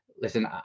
listen